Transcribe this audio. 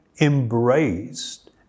embraced